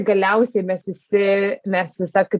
galiausiai mes visi mes visa kaip